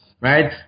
right